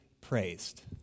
praised